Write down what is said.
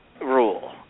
rule